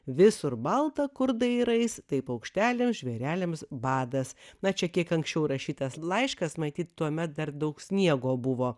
visur balta kur dairais tai paukšteliams žvėreliams badas na čia kiek anksčiau rašytas laiškas matyt tuomet dar daug sniego buvo